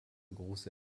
große